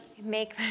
Make